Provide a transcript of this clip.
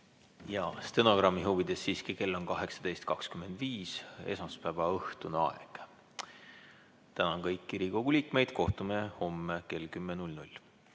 Jaa, stenogrammi huvides: siiski kell on 18.25, esmaspäevaõhtune aeg. Tänan kõiki Riigikogu liikmeid. Kohtume homme kell 10.